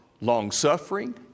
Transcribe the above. long-suffering